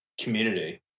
community